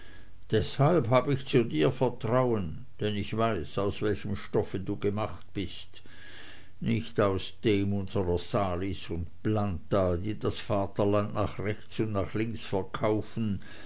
deshalb habe ich zu dir vertrauen denn ich weiß aus welchem stoffe du gemacht bist nicht aus dem unsrer salis und planta die das vaterland nach rechts und nach links verkaufen